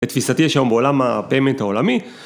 לתפיסתי יש שם בעולם הפיימנט העולמי.